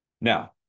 Now